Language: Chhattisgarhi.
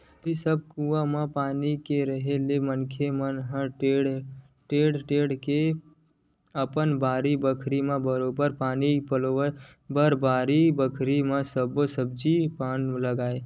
पहिली सब कुआं म पानी के रेहे ले मनखे मन ह टेंड़ा टेंड़ के अपन बाड़ी बखरी म बरोबर पानी पलोवय अउ बारी बखरी म सब्जी पान लगाय